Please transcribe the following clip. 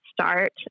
start